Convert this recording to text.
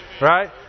Right